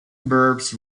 verbs